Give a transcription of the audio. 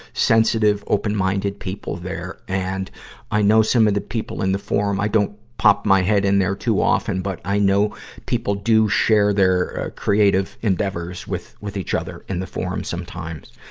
sensitive, open-minded people there, and i know some of the people in the forum i don't pop my head in there too often but, i know people do share their, ah, creative endeavors with, with each other in the forum sometimes.